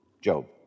Job